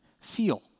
feel